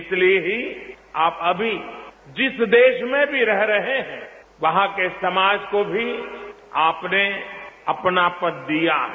इसलिए ही आप अभी जिस देश में भी रह रहे हैं वहां के समाज को भी आपने अपनापन दिया है